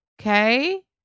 Okay